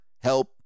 help